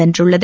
வென்றுள்ளது